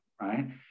right